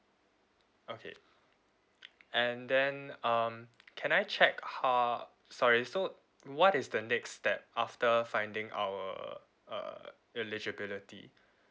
okay and then um can I check how sorry so what is the next step after finding our uh eligibility